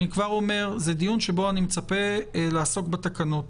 אני כבר אומר, זה דיון שבו אני מצפה לעסוק בתקנות.